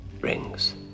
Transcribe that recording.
Rings